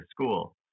school